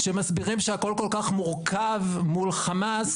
כשמסבירים שהכול כל-כך מורכב מול חמאס